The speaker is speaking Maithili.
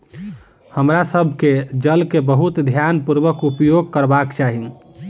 हमरा सभ के जल के बहुत ध्यानपूर्वक उपयोग करबाक चाही